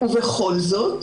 ובכל זאת,